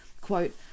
quote